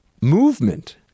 movement